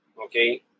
okay